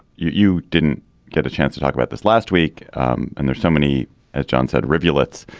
you didn't get a chance to talk about this last week and there's so many as john said rivulets.